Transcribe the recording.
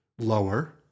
lower